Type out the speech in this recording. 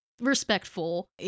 respectful